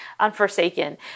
Unforsaken